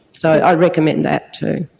so i recommend that too.